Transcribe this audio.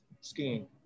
skiing